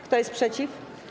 Kto jest przeciw?